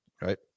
right